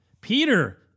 Peter